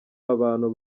abantu